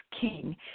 King